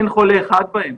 אין חולה אחד בהם,